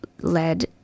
led